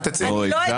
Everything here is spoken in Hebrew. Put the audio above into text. אתה רוצה